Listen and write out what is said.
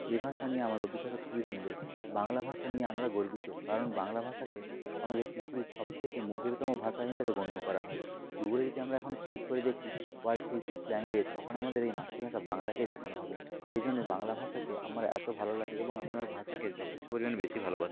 এই ভাষা নিয়ে আমার অভিজ্ঞতা খুবই সুন্দর বাংলা ভাষা নিয়ে আমরা গর্বিত কারণ বাংলা ভাষাকে আমাদের পৃথিবীর সবথেকে মধুরতম ভাষা হিসেবে গণ্য করা হয় গুগলে যদি আমরা এখন সার্চ করে দেখি ওয়ার্ল্ড সুইটেস্ট ল্যাঙ্গুয়েজ তখন আমাদের এই মাতৃভাষা বাংলাকেই দেখানো হবে এই জন্যে বাংলা ভাষাকে আমার এতো ভালো লাগে এবং আমি আমার ভাষাকে যথেষ্ট পরিমাণে বেশি ভালোবাসি